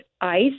ice